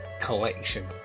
collection